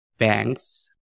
Banks